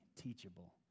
teachable